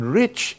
rich